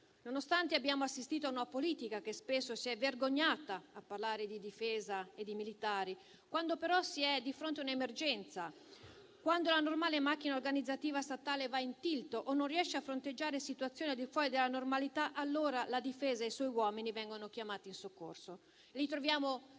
Nonostante abbiamo assistito a una politica che spesso si è vergognata a parlare di difesa e di militari, quando però si è di fronte a un'emergenza, quando la normale macchina organizzativa statale va in tilt o non riesce a fronteggiare situazioni al di fuori della normalità, allora la difesa e i suoi uomini vengono chiamati in soccorso, e li troviamo